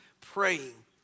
praying